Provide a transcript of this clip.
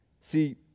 See